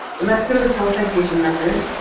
let's go to the full citation record.